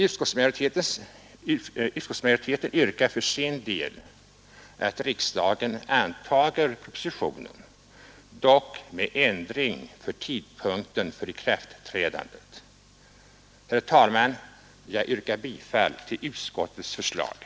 Utskottsmajoriteten yrkar för sin del att riksdagen måtte anta propositionen, dock med ändring av tidpunkten för ikraftträdandet. Herr talman! Jag yrkar bifall till utskottets hemställan.